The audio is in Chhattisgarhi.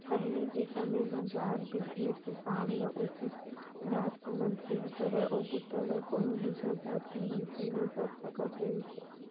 पहिली के समे म जात बिसेस के काम ल उहींच जात के मनसे ह करय ओ बूता ल कोनो दूसर जात के मनसे नइ कर सकत रिहिस हे